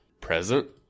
present